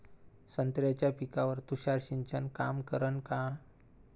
संत्र्याच्या पिकावर तुषार सिंचन काम करन का?